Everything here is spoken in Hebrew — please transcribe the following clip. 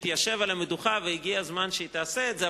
ותשב על המדוכה והגיע הזמן שהיא תעשה את זה,